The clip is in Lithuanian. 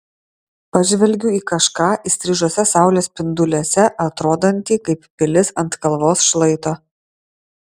pažvelgiu į kažką įstrižuose saulės spinduliuose atrodantį kaip pilis ant kalvos šlaito